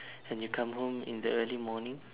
and you come home in the early morning